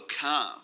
come